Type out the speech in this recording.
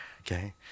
Okay